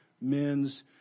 men's